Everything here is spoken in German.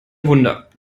wunder